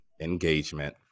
engagement